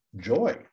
joy